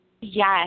Yes